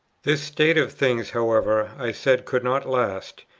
this state of things, however, i said, could not last,